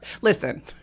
listen